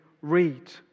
read